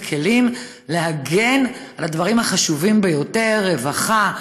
הכלים להגן על הדברים החשובים ביותר: רווחה,